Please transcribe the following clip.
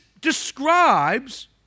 describes